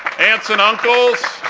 aunts and uncles,